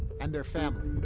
and their family.